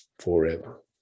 forever